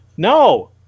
No